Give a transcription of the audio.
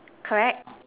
correct